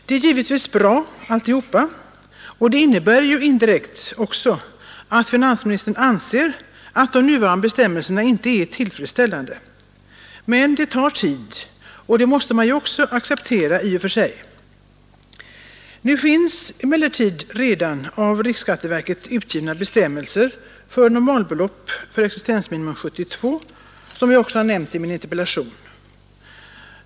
Det är givetvis bra alltsammans, och det innebär ju indirekt också att finansministern anser att de nuvarande bestämmelserna fortfarande inte är tillfredsställande. Men det tar tid, och det måste man i och för sig acceptera. Nu finns emellertid redan av riksskatteverket utfärdade bestämmelser för normalbelopp för existensminimum 1972, som jag också har nämnt i min interpellation.